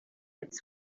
its